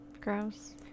Gross